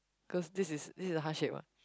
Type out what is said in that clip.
cause this is this is a heart shape one